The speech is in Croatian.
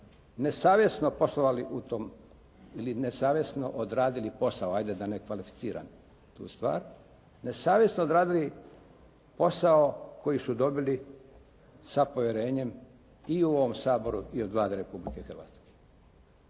nesavjesno poslovali u tom, ili nesavjesno odradili posao, hajde da ne kvalificiram tu stvar, nesavjesno odradili posao koji su dobili sa povjerenjem i u ovom Saboru i od Vlade Republike Hrvatske.